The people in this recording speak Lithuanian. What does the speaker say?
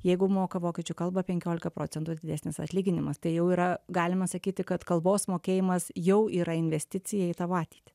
jeigu moka vokiečių kalbą penkiolika procentų didesnis atlyginimas tai jau yra galima sakyti kad kalbos mokėjimas jau yra investicija į tavo ateitį